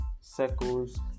circles